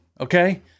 okay